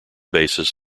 basis